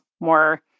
more